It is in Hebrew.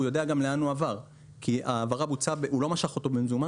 הוא יודע גם לאן הוא עבר כי הוא לא משך אותו במזומן